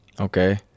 Okay